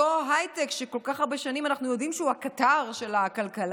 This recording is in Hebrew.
אותו הייטק שכל כך הרבה שנים אנחנו יודעים שהוא הקטר של הכלכלה,